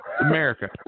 America